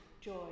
joy